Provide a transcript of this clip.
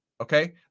Okay